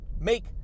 Make